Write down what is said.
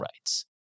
rights